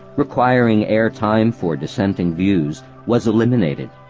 requiring air time for dissenting views, was eliminated.